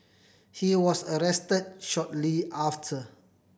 he was arrest shortly after